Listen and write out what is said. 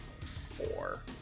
four